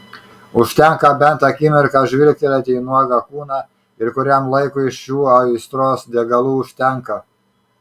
užtenka bent akimirką žvilgtelėti į nuogą kūną ir kuriam laikui šių aistros degalų užtenka